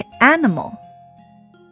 animal